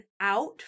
out